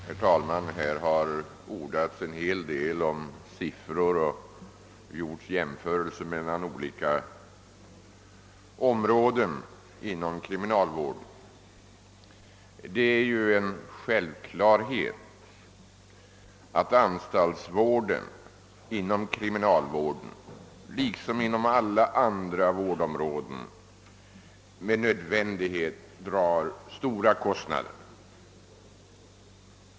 Herr talman! Här har ordats en hel del om siffror och gjorts jämförelser mellan olika områden inom kriminalvården. Det är en självklarhet att anstaltsvården inom kriminalvården liksom inom alla andra vårdområden med nödvändighet drar stora kostnader.